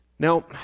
Now